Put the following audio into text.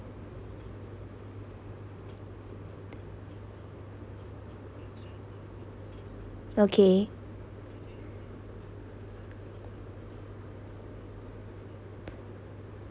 okay